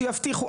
שיבטיחו,